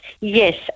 yes